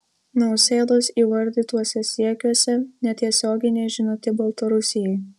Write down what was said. nausėdos įvardytuose siekiuose netiesioginė žinutė baltarusijai